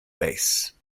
base